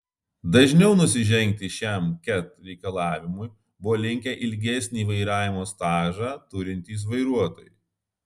dažniau nusižengti šiam ket reikalavimui buvo linkę ilgesnį vairavimo stažą turintys vairuotojai